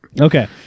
okay